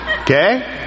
okay